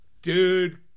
Dude